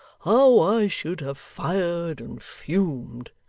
how i should have fired and fumed!